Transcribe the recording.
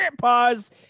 pause